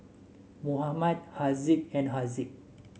Muhammad Haziq and Haziq